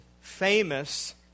famous